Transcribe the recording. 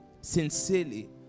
sincerely